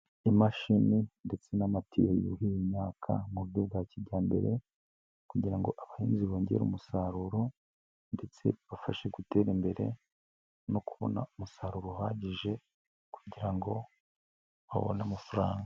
Imashini ndetse n'amatiyo yuhira imyaka mu buryo bwa kijyambere kugira ngo abahinzi bongere umusaruro ndetse bafashe gutera imbere no kubona umusaruro uhagije kugira ngo babone amafaranga.